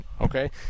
okay